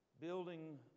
Building